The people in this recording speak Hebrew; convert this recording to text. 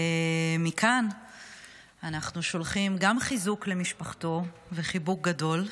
ומכאן אנחנו שולחים גם חיזוק למשפחתו וחיבוק גדול,